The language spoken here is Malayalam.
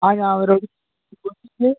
ആ ഞാനവരോട് ചോദിച്ചിട്ട്